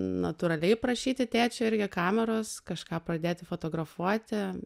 natūraliai prašyti tėčio irgi kameros kažką pradėti fotografuoti